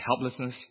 helplessness